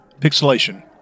pixelation